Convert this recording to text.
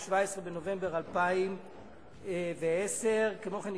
17 בנובמבר 2010. כמו כן,